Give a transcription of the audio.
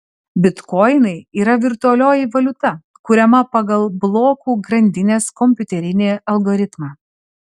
bitkoinai yra virtualioji valiuta kuriama pagal blokų grandinės kompiuterinį algoritmą